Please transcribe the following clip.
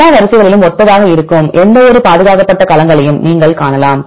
எல்லா வரிசைகளிலும் ஒத்ததாக இருக்கும் எந்தவொரு பாதுகாக்கப்பட்ட களங்களையும் நீங்கள் காணலாம்